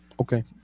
Okay